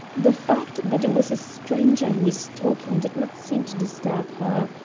the fact that it was a stranger was talking did not seem to disturb her.